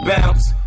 bounce